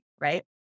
right